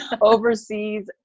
overseas